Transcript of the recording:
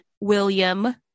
William